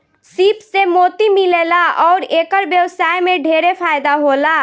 सीप से मोती मिलेला अउर एकर व्यवसाय में ढेरे फायदा होला